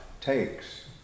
takes